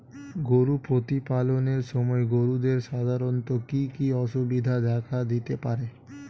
গরু প্রতিপালনের সময় গরুদের সাধারণত কি কি অসুবিধা দেখা দিতে পারে?